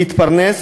להתפרנס,